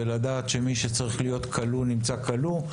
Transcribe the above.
ולדעת שמי שצריך להיות כלוא נמצא כלוא.